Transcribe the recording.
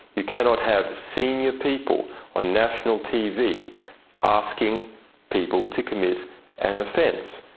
you cannot have senior people on national tv asking people to commit an offense.